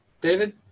David